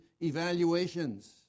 evaluations